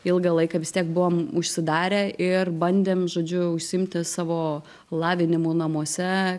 ilgą laiką vis tiek buvom užsidarę ir bandėm žodžiu užsiimti savo lavinimu namuose